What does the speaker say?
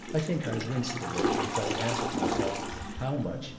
i think i winced a little as i asked myself how much,